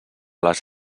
les